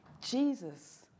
Jesus